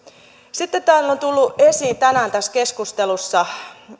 sitten täällä on tullut esiin tänään tässä keskustelussa